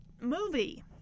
movie